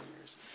years